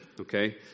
okay